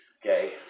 Okay